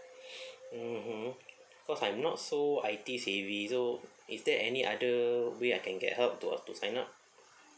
mmhmm cause I'm not so I_T savvy so is there any other way I can get help to uh to sign up